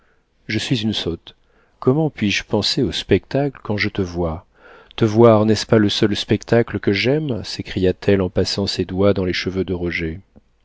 je suis une sotte comment puis-je penser au spectacle quand je te vois te voir n'est-ce pas le seul spectacle que j'aime s'écria-t-elle en passant ses doigts dans les cheveux de roger